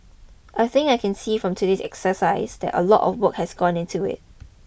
I think I can see from today's exercise a lot of work has gone into it